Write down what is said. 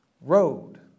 road